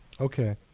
Okay